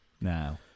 now